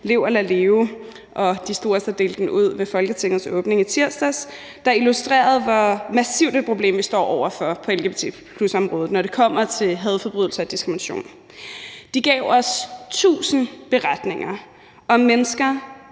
Lev og lad leve – de stod også og delte den ud ved Folketingets åbning i tirsdags – der illustrerer, hvor massivt et problem vi står over for på lgbt+-området, når det kommer til hadforbrydelser og diskrimination. De gav os tusind beretninger om mennesker,